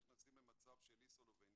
זה המצב.